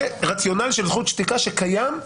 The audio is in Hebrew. זה רציונל של זכות שתיקה שקיים.